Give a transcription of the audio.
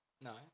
No